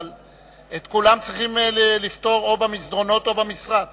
אבל את כולן צריכים לפתור או במסדרונות או במשרד.